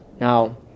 Now